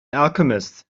alchemist